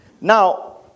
Now